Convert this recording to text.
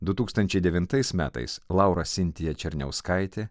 du tūkstančiai devintais metais laura sintija černiauskaitė